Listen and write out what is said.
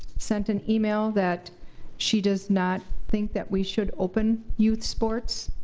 sent an email that she does not think that we should open youth sports.